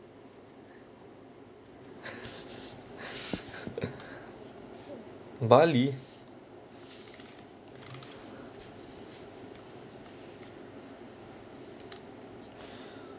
bali